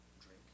drink